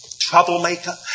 troublemaker